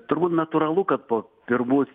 turbūt natūralu kad po pirmų